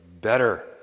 better